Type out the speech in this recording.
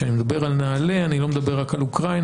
כשאני מדבר על נעל"ה אני לא מדבר רק על אוקראינה,